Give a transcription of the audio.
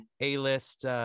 A-list